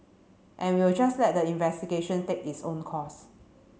and we'll just let the investigation take its own course